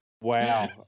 Wow